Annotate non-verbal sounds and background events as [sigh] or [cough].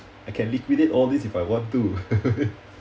I can liquidate all these if I want to [laughs]